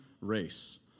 Race